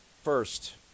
First